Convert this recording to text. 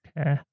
Okay